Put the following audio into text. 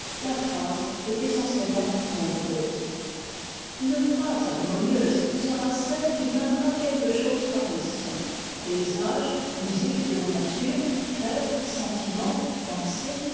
la phrase est essentiellement nombreuse une phrase harmonieuse sera celle qui peindra quelque chose par les sons paysage musique de la nature faits sentiment pensée